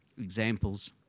examples